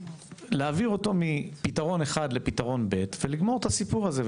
להעביר אותו מפתרון אחד לפתרון שני ולגמור את הסיפור הזה,